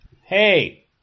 Hey